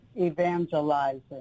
evangelizing